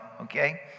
okay